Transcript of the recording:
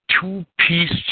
two-piece